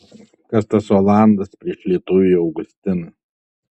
kas tas olandas prieš lietuvį augustiną